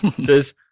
says